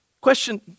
Question